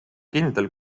kindel